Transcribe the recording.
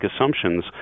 assumptions